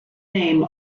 name